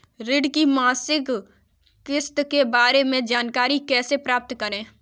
ऋण की मासिक किस्त के बारे में जानकारी कैसे प्राप्त करें?